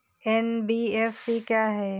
NBFC क्या है?